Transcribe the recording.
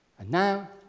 and now